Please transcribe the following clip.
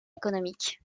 économiques